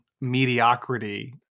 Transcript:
mediocrity